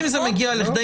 לא.